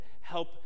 help